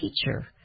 Teacher